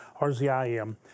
RZIM